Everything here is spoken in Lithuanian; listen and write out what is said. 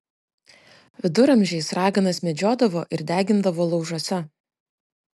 viduramžiais raganas medžiodavo ir degindavo laužuose